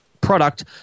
product